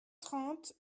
trente